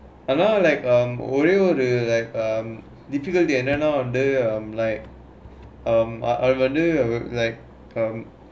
and now like um ஒரே ஒரே:orae orae like um difficulty என்ன நா:enna naa like um அதே வந்தே:athae vanthae um like